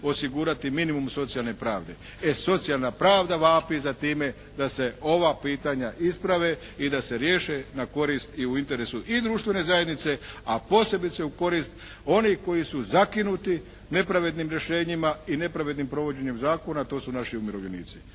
osigurati minimum socijalne pravde. Socijalna pravda vapi za time da se ova pitanja isprave i da se riješe na korist i u interesu i društvene zajednice a posebice u korist onih koji su zakinuti nepravednim rješenjima i nepravednim provođenjem zakona, to su naši umirovljenici.